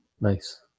nice